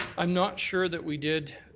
i'm not sure that we did